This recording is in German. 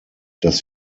dass